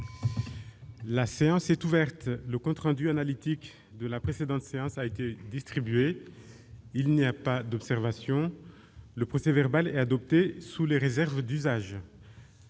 La séance est ouverte. Le compte rendu analytique de la précédente séance a été distribué. Il n'y a pas d'observation ?... Le procès-verbal est adopté sous les réserves d'usage.